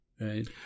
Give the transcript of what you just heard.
right